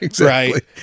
right